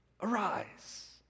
arise